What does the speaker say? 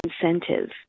incentive